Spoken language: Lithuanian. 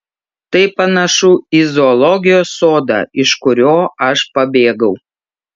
tai panašu į zoologijos sodą iš kurio aš pabėgau